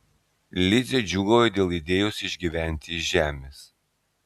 lizė džiūgauja dėl idėjos išgyventi iš žemės